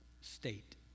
state